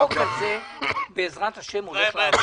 החוק הזה, בעזרת השם, הולך לעבור.